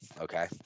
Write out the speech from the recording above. Okay